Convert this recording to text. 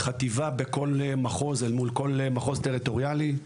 חטיבה בכל מחוז אל מול כל מחוז טריטוריאלי,